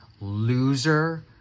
loser